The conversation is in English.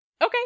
Okay